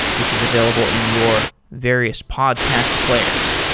which is available in your various podcast players.